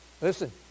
Listen